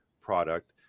product